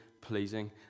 pleasing